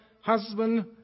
husband